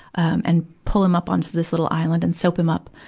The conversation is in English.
and pull him up onto this little island and soap him up,